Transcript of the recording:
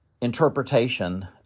interpretation